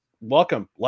welcome